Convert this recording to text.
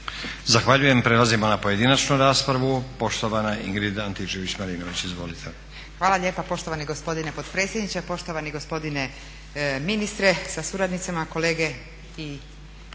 Zahvaljujem. Prelazimo na pojedinačnu raspravu. Poštovana Ingrid Antičević-Marinović, izvolite. **Antičević Marinović, Ingrid (SDP)** Hvala lijepa poštovani gospodine potpredsjedniče. Poštovani gospodine ministra sa suradnicama, kolege i